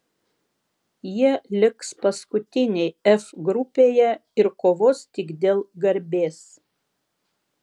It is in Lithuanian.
jie liks paskutiniai f grupėje ir kovos tik dėl garbės